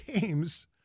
games